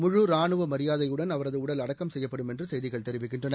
முழுராணுவ மரியாதையுடன் அவரது உடல் அடக்கம் செய்யப்படும் என்று செய்திகள் தெரிவிக்கின்றன